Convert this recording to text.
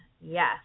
Yes